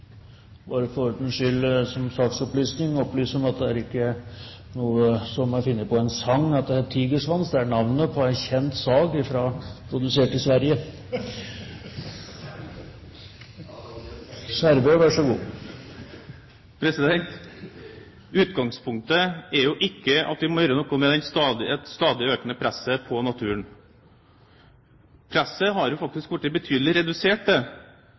bare for ordens skyld som en saksopplysning nevne at tigersvans ikke er noe som bare er funnet på i en sang; det er navnet på en kjent sag, produsert i Sverige. Utgangspunktet er jo ikke at vi må gjøre noe med det stadig økende presset på naturen. Presset har faktisk blitt betydelig redusert, og det